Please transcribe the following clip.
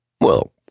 Well